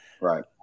Right